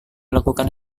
lakukan